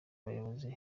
abayobozi